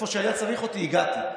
לאיפה שהיה צריך אותי, הגעתי.